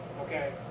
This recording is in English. Okay